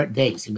days